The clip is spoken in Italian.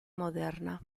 moderna